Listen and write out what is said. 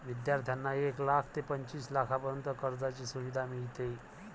विद्यार्थ्यांना एक लाख ते पंचवीस लाखांपर्यंत कर्जाची सुविधा मिळते